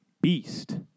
beast